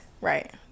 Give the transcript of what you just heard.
right